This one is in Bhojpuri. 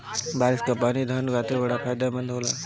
बारिस कअ पानी धान खातिर बड़ा फायदेमंद होला